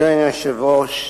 אדוני היושב-ראש,